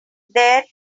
there